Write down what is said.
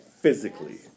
physically